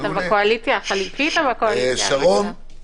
ד"ר שרון